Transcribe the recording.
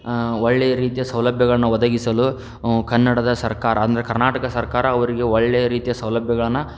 ಒಳ್ಳೆಯ ರೀತಿಯ ಸೌಲಭ್ಯಗಳನ್ನ ಒದಗಿಸಲು ಕನ್ನಡದ ಸರ್ಕಾರ ಅಂದರೆ ಕರ್ನಾಟಕ ಸರ್ಕಾರ ಅವರಿಗೆ ಒಳ್ಳೆಯ ರೀತಿಯ ಸೌಲಭ್ಯಗಳನ್ನ